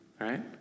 right